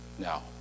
now